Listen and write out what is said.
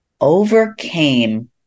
overcame